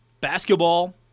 Basketball